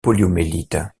poliomyélite